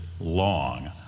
long